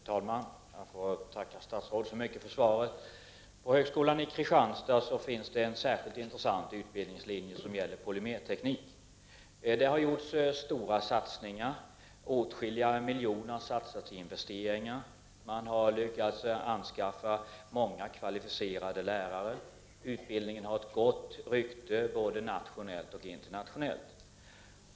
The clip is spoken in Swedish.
Herr talman! Jag får tacka statsrådet så mycket för svaret. På högskolan i Kristianstad finns det en särskilt intressant utbildningslinje för polymerteknik. Det har gjorts stora satsningar där. Åtskilliga miljoner har satsats på investeringar. Man har lyckats anskaffa många kvalificerade lärare. Utbildningen har gott rykte både nationellt och internationellt.